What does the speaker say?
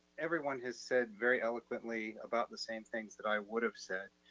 everyone has said very eloquently about the same things that i would have said.